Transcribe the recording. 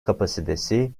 kapasitesi